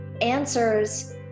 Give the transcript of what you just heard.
Answers